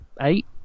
eight